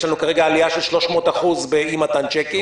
יש לנו כרגע עלייה של 300% באי מתן צ'קים,